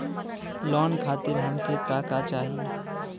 Loan खातीर हमके का का चाही?